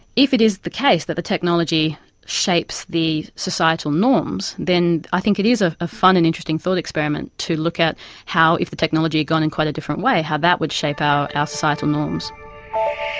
if it is the case that the technology shapes the societal norms, then i think it is ah a fun and interesting thought experiment to look at how, if the technology had gone in quite a different way, how that would shape our ah societal norms.